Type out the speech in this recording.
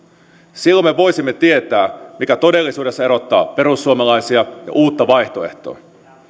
silloin me voisimme tietää mikä todellisuudessa erottaa perussuomalaisia ja uutta vaihtoehtoa